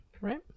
Right